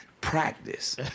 practice